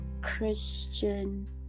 Christian